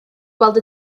gweld